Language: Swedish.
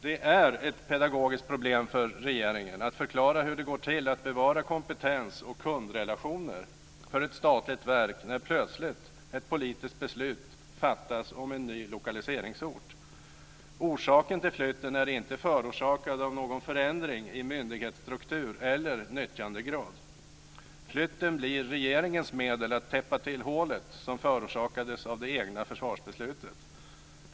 Det är ett pedagogiskt problem för regeringen att förklara hur det går till att bevara kompetens och kundrelationer för ett statligt verk när plötsligt ett politiskt beslut fattas om en ny lokaliseringsort. Orsaken till flytten är inte någon förändring i myndighetsstruktur eller nyttjandegrad. Flytten blir regeringens medel att täppa till hålet som förorsakades av det egna försvarsbeslutet.